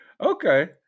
Okay